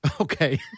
okay